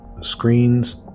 screens